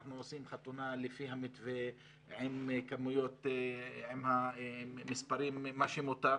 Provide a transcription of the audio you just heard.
אנחנו עושים חתונה לפי המתווה עם מספרים מה שמותר,